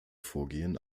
vorgehen